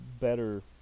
better